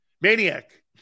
Maniac